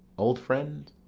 old friend?